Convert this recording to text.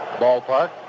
ballpark